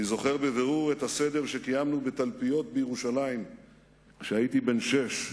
אני זוכר בבירור את הסדר שקיימנו בתלפיות בירושלים כשהייתי בן שש.